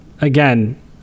again